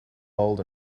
old